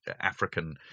African